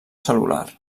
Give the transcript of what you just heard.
cel·lular